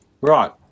Right